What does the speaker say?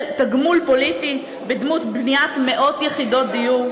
תגמול פוליטי בדמות בניית מאות יחידות דיור?